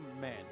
men